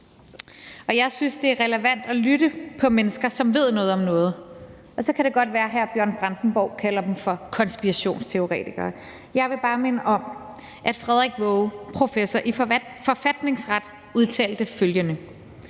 Og jeg synes, at det er relevant at lytte til mennesker, som ved noget om noget. Så kan det godt være, at hr. Bjørn Brandenborg kalder dem for konspirationsteoretikere, men jeg vil bare minde om, at Frederik Waage, professor i forfatningsret, udtalte følgende: